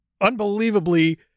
unbelievably